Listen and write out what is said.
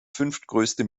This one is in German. fünftgrößte